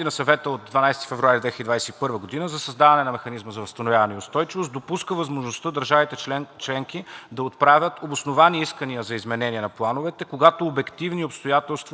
и на Съвета от 12 февруари 2021 г. за създаване на Механизма за възстановяване и устойчивост допуска възможността държавите членки да отправят обосновани искания за изменения на плановете, когато обективни обстоятелства обосновават